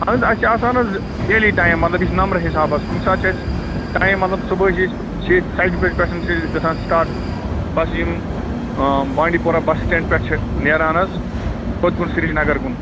اَہَن حظ اَسہِ چھِ آسان حظ ڈیلی ٹایِم مطلب یہِ چھِ نَمبرٕ حِساب حظ کُنہِ ساتہٕ چھِ اَسہِ ٹایِم مطلب صُبحٲے چھِ أسۍ شےٚ سَتہِ بَجہِ پٮ۪ٹھ چھِ گژھان سِٹارٹ بَس یِم بانٛڈی پوٗرہ بَس سِٹینٛڈ پٮ۪ٹھ چھِ نیران حظ کوٚت کُن سریٖنَگر کُن